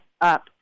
up